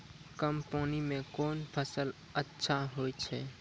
कम पानी म कोन फसल अच्छाहोय छै?